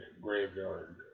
graveyard